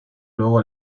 luego